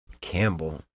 Campbell